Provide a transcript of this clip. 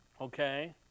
Okay